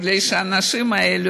כי האנשים האלה,